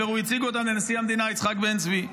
הוא הציג אותן לנשיא המדינה יצחק בן-צבי.